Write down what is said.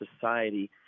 society